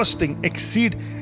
Exceed